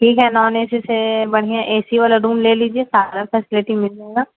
ٹھیک ہے non A C سے بڑھیا اے سی والا روم لے لیجیے سارا فیسلٹی مل جائے گا